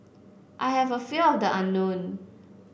I have a fear of the unknown